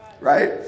right